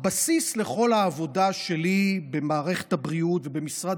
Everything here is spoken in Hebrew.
הבסיס לכל העבודה שלי במערכת הבריאות ובמשרד